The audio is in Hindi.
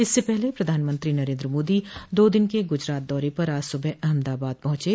इससे पहले प्रधानमंत्री नरेंद्र मोदी दो दिन के गुजरात दौरे पर आज सुबह अहमदाबाद पहुंचे